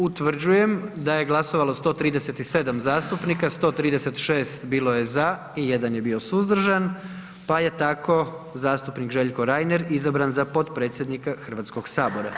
Utvrđujem da je glasovalo 137 zastupnika, 136 bilo je za i jedan je bio suzdržan, pa je tako zastupnik Željko Reiner izabran za potpredsjednika Hrvatskog sabora.